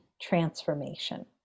transformation